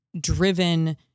driven